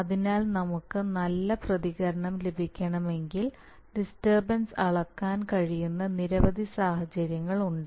അതിനാൽ നമുക്ക് നല്ല പ്രതികരണം ലഭിക്കണമെങ്കിൽ ഡിസ്റ്റർബൻസ് അളക്കാൻ കഴിയുന്ന നിരവധി സാഹചര്യങ്ങളുണ്ട്